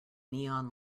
neon